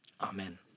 Amen